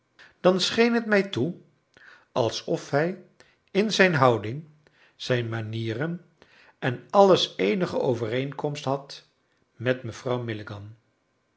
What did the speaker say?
dan scheen het mij toe alsof hij in zijn houding zijn manieren en alles eenige overeenkomst had met mevrouw milligan